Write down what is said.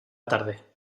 tarde